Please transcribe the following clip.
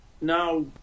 now